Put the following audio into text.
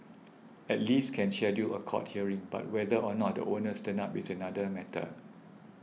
at least can schedule a court hearing but whether or not the owners turn up is another matter